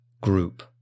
group